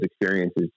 experiences